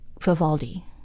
Vivaldi